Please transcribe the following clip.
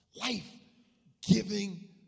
Life-giving